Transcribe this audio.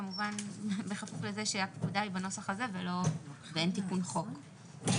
כמובן בכפוף לזה שהפקודה היא בנוסח הזה ואין תיקון חוק.